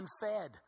unfed